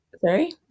Sorry